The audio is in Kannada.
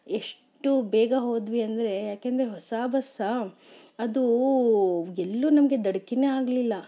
ಎಷ್ಟು ಬೇಗ ಹೋದ್ವಿ ಅಂದರೆ ಯಾಕೆಂದರೆ ಹೊಸ ಬಸ್ಸಾ ಅದು ಎಲ್ಲೂ ನಮಗೆ ದಡ್ಕಿನೇ ಆಗಲಿಲ್ಲ